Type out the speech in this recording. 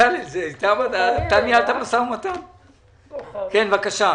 אנחנו מנסים